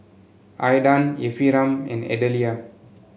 Aydan Ephriam and Adelia